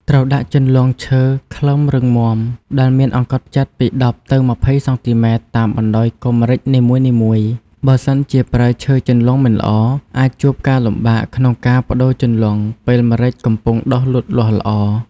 ត្រូវដាក់ជន្លង់ឈើខ្លឹមរឹងមាំ ដែលមានអង្កត់ផ្ចិតពី ១០ទៅ២០សង់ទីម៉ែត្រ តាមបណ្តាយគុម្ពម្រេចនីមួយៗ បើសិនជាប្រើឈើជន្លង់មិនល្អ អាចជួបការលំបាកក្នុងការប្តូរជន្លង់ពេលម្រេចកំពុងដុះលូតលាស់ល្អ។